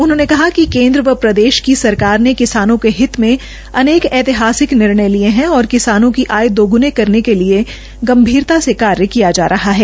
उन्होंने कहा कि केन्द्र व प्रदेश्ज की सरकार ने किसानों के हित में अनेक ऐतिहासिक निर्णय लिए हैं और किसानों की आय दोगुनी करने के लिए गंभीरता से कार्य किया जा रहा है